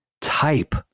type